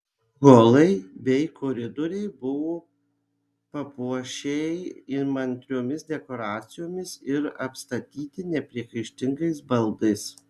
holai bei koridoriai buvo papuošei įmantriomis dekoracijomis ir apstatyti nepriekaištingais baldais